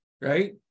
Right